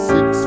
Six